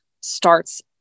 starts